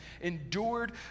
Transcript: endured